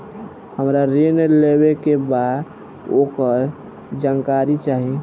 हमरा ऋण लेवे के बा वोकर जानकारी चाही